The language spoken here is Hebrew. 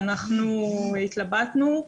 ואנחנו התלבטנו.